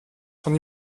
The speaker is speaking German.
schon